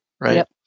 Right